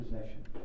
possession